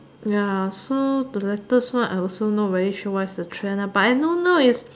ya so the latest one I also not very sure what's the trend ah but I know now is